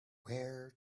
where